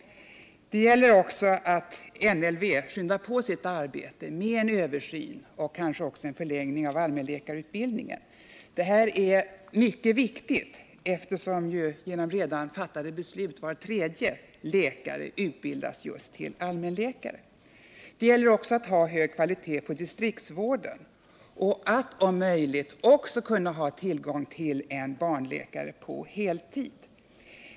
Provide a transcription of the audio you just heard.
Det är vidare angeläget att NLV skyndar på sitt arbete med en översyn och kanske också med en förlängning av allmänläkarutbildningen. Det här är mycket viktigt, då efter redan fattade beslut var tredje läkare utbildas just till allmänläkare. Det gäller också att ha hög kvalitet på distriktsvården och att, om möjligt, också ha tillgång till en barnläkare på heltid.